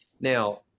now